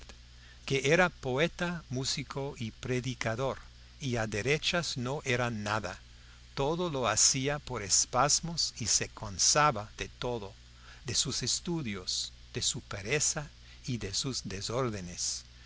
que era poeta músico y predicador y a derechas no era nada todo lo hacía por espasmos y se cansaba de todo de sus estudios de su pereza y de sus desórdenes